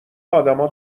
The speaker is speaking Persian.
ادما